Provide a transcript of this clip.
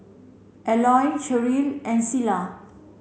Elroy Sherrill and Cilla